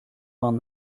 vingt